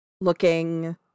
looking